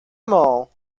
mall